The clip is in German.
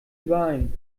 überein